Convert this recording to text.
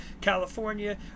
California